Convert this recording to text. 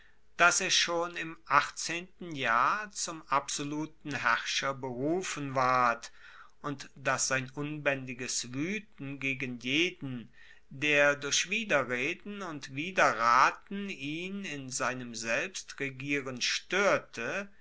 dass er schon im achtzehnten jahr zum absoluten herrscher berufen ward und dass sein unbaendiges wueten gegen jeden der durch widerreden und widerraten ihn in seinem selbstregieren stoerte